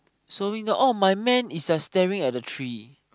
so I mean my man is staring at the tree